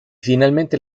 finalmente